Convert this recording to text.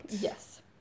Yes